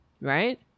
right